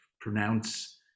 pronounce